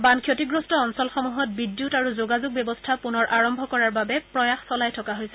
বান ক্ষতিগ্ৰস্ত অঞ্চলসমূহত বিদ্যুৎ আৰু যোগাযোগ ব্যৱস্থা পুনৰ আৰম্ভ কৰাৰ বাবে প্ৰয়াস চলাই থকা হৈছে